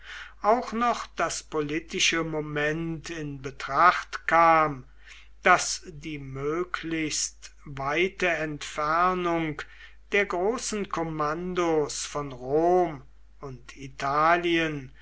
auch noch das politische moment in betracht kam daß die möglichst weite entfernung der großen kommandos von rom und italien